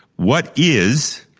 what is,